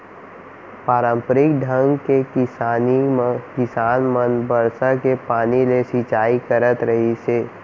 पारंपरिक ढंग के किसानी म किसान मन बरसा के पानी ले सिंचई करत रहिस हे